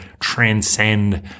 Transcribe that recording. transcend